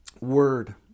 word